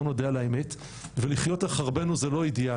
בוא נודה על האמת ו"לחיות על חרבנו" זה לא אידיאלי,